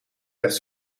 werd